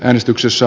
äänestyksessä